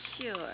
Sure